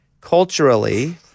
culturally